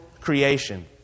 creation